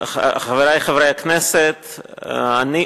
חבר הכנסת אלקין,